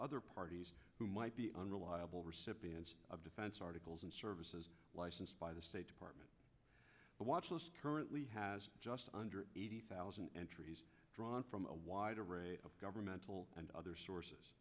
other parties who might be unreliable recipients of defense articles and services licensed by the state department watchlist currently has just under eighty thousand entries drawn from a wide array of governmental and other sources